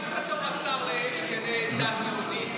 לא צריך להיות השר לענייני דת יהודית.